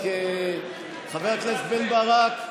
רק חבר הכנסת בן ברק,